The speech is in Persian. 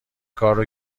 کارو